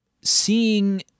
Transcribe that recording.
seeing